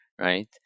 right